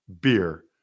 beer